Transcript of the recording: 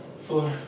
Four